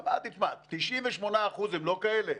אמרתי: תשמע, 98% הם לא כאלה,